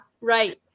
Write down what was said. right